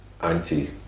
anti